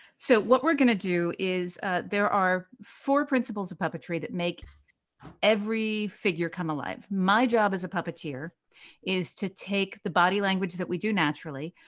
so what we're going to do is there are four principles of puppetry that make every figure come alive. my job as a puppeteer is to take the body language that we do naturally,